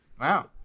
wow